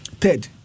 Third